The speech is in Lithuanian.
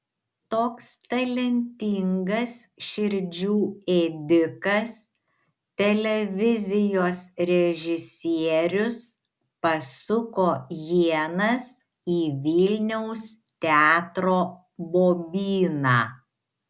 toks talentingas širdžių ėdikas televizijos režisierius pasuko ienas į vilniaus teatro bobyną